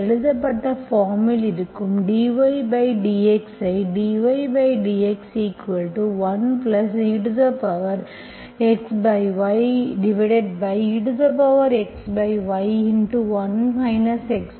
எழுதப்பட்ட பார்ம் இல் இருக்கும் dydx ஐ dydx1exyexy1 xyy எழுதலாம்